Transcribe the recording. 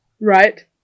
right